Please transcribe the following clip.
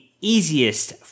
easiest